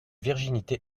virginité